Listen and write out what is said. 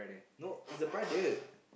no he's a brother